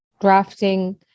drafting